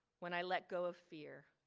when i let go of fear,